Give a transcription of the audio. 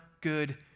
good